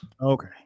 Okay